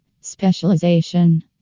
Specialization